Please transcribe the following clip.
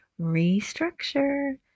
restructure